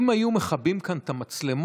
אם היו מכבים כאן את המצלמות,